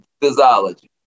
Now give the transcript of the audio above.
physiology